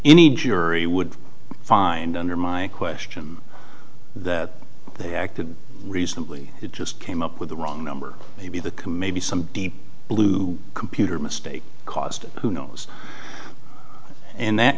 any jury would find under my question that they acted reasonably it just came up with the wrong number maybe the committee some deep blue computer mistake cost who knows in that